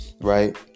Right